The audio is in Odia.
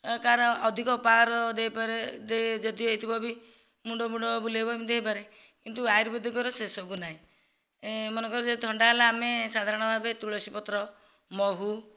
କାହାର ଅଧିକ ପାୱାର ଦେଇପାରେ ଦେ ଯଦି ହୋଇଥିବ ବି ମୁଣ୍ଡ ଫୁଣ୍ଡ ବୁଲାଇବ ଏମିତି ହୋଇପାରେ କିନ୍ତୁ ଆୟୁର୍ବେଦିକର ସେସବୁ ନାହିଁ ମନେକର ଯଦି ଥଣ୍ଡା ହେଲା ଆମେ ସାଧାରଣ ଭାବେ ତୁଳସୀ ପତ୍ର ମହୁ